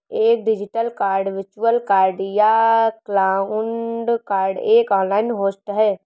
एक digital card virtual card या cloud card एक ऑनलाइन होस्ट है